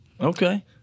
Okay